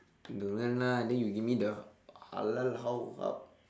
don't want lah then you give me the halal hao hub